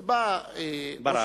ובא, ברק.